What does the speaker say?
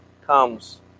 comes